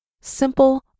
simple